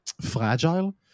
fragile